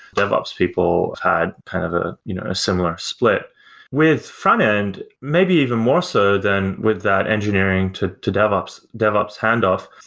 devops people had kind of ah you know a similar split with front-end, maybe even more so than with that engineering to to devops devops handoff.